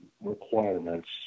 requirements